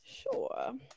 Sure